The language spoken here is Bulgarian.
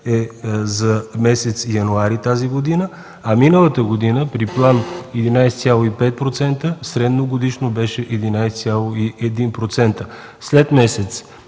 е за месец януари тази година, а миналата година при план 11,5% средногодишно беше 11,1%. След месеците